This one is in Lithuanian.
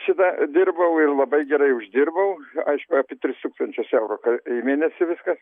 šita dirbau ir labai gerai uždirbau aišku apie tris tūkstančius eurų ka į mėnesį viskas